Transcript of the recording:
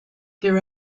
there